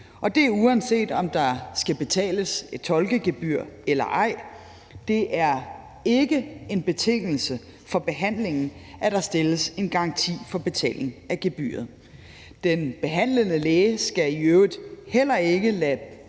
Og det er, uanset om der skal betales et tolkegebyr eller ej. Det er ikke en betingelse for behandlingen, at der stilles en garanti for betaling af gebyret. Den behandlende læge skal i øvrigt heller ikke lade